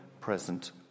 present